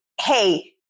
hey